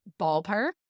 ballpark